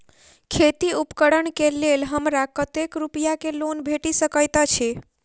खेती उपकरण केँ लेल हमरा कतेक रूपया केँ लोन भेटि सकैत अछि?